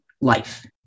life